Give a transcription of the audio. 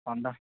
ପନ୍ଦର